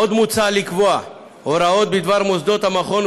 עוד מוצע לקבוע הוראות בדבר מוסדות המכון,